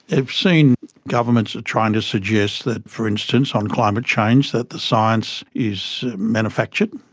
they've seen governments are trying to suggest that, for instance, on climate change that the science is manufactured,